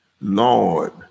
Lord